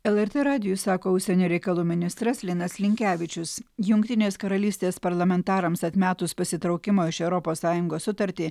lrt radijui sako užsienio reikalų ministras linas linkevičius jungtinės karalystės parlamentarams atmetus pasitraukimo iš europos sąjungos sutartį